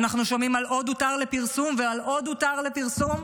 אנחנו שומעים על עוד הותר לפרסום ועל עוד הותר לפרסום,